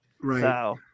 Right